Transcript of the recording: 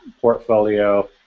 portfolio